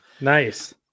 Nice